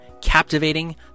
captivating